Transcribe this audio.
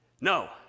No